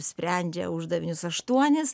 sprendžia uždavinius aštuonis